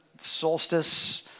Solstice